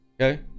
Okay